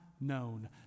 known